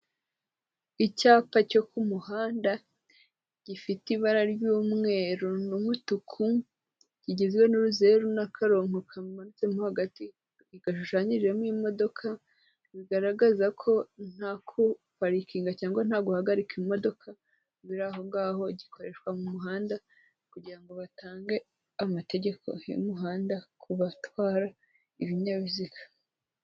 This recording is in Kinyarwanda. Icyapa cyo ku muhanda, gifite ibara ry'umweru n'umutuku, kigizwe n'uruzeru n'akaronko kamanutsemo hagati gashushanyijemo imodoka, bigaragaza ko nta guparikinga cyangwa nta guhagarika imodoka biri aho ngaho, gikoreshwa mu muhanda kugira ngo batange amategeko y'umuhanda ku batwara ibinyabiziga.